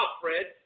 Fred